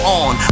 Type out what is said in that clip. on